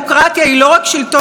ואולי בעיקר,